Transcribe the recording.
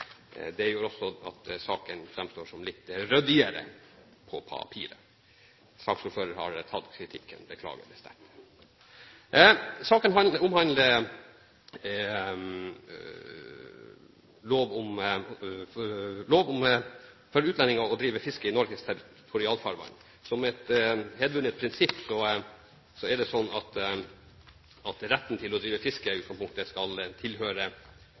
Det gjør også at saken framstår som litt ryddigere på papiret. Saksordføreren har tatt kritikken, og beklager det sterkt! Saken omhandler lov om forbud mot at utlendinger driver fiske mv. i Norges territorialfarvann. Som et hevdvunnet prinsipp er det slik at retten til å drive fiske i utgangspunktet skal tilhøre